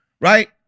right